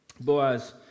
Boaz